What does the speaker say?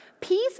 peace